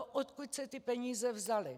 Odkud se ty peníze vzaly?